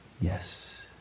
yes